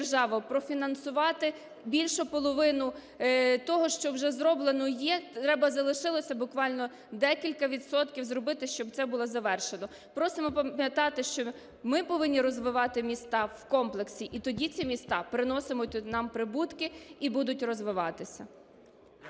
профінансувати. Більшу половину того, що вже зроблено, є, залишилося буквально декілька відсотків зробити, щоб це було завершено. Просимо пам'ятати, що ми повинні розвивати міста в комплексі, і тоді ці міста приноситимуть нам прибутки і будуть розвиватися.